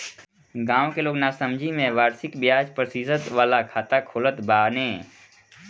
गांव के लोग नासमझी में वार्षिक बियाज प्रतिशत वाला खाता खोलत बाने